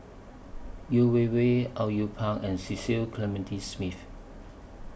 Yeo Wei Wei Au Yue Pak and Cecil Clementi Smith